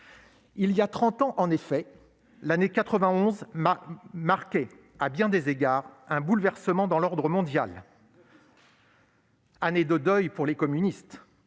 Il y a trente ans, l'année 1991 marquait à bien des égards un bouleversement dans l'ordre mondial. Année de deuil pour les communistes,